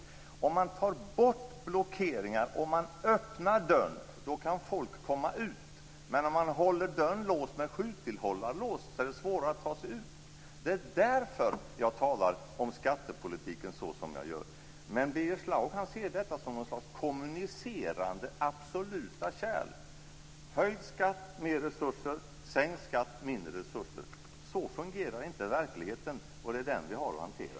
Om man tar bort blockeringar och öppnar dörren kan folk komma ut. Men om man håller dörren låst med sjutillhållarlås är det svårare att ta sig ut. Det är därför jag talar om skattepolitiken såsom jag gör. Birger Schlaug ser detta som något slags kommunicerande absoluta kärl: höjd skatt, mer resurser; sänkt skatt, mindre resurser. Så fungerar inte verkligheten, och det är den vi har att hantera.